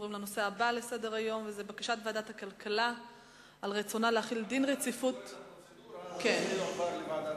לצורך הפרוצדורה, העניין יעבור לוועדה